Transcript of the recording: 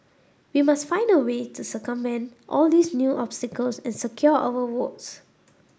we must find a way to circumvent all these new obstacles and secure our votes